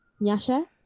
Nyasha